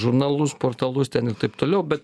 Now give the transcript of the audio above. žurnalus portalus ten ir taip toliau bet